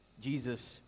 Jesus